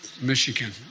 Michigan